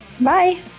Bye